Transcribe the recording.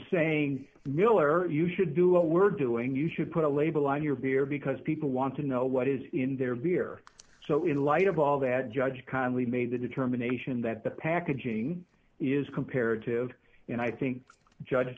saying miller you should do what we're doing you should put a label on your beer because people want to know what is in their beer so in light of all that judge connelly made the determination that the packaging is comparative and i think judge